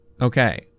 Okay